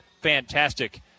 fantastic